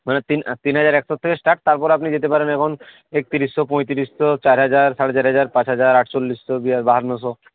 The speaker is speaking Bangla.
মানে তিন তিন হাজার একশোর থেকে স্টার্ট তারপরে আপনি যেতে পারেন এখন একতিরিশশো পঁইতিরিশশো চার হাজার সাড়ে চার হাজার পাঁচ হাজার আটচল্লিশশো বিয়া বাহান্নশো